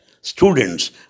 students